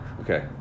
Okay